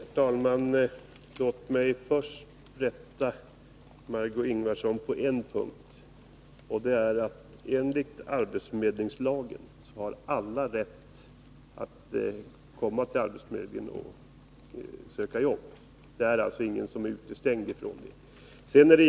Herr talman! Låt mig först rätta Margö Ingvardsson på en punkt, nämligen att alla enligt arbetsförmedlingslagen har rätt att gå till arbetsförmedlingen och söka jobb. Ingen utestängs därifrån.